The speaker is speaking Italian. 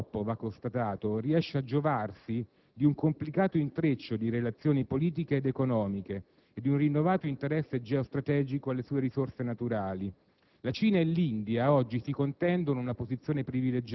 È un regime, questo, che oggi purtroppo, va constatato, riesce a giovarsi di un complicato intreccio di relazioni politiche ed economiche e di un rinnovato interesse geostrategico alle sue risorse naturali.